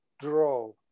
draw